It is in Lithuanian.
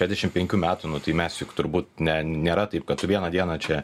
šešiasdešimt penkių metų nu tai mes juk turbūt ne nėra taip kad tu vieną dieną čia